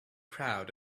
crowd